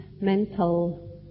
mental